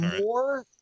more